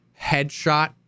headshot